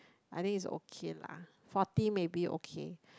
I think is okay lah forty maybe okay